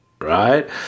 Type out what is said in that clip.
right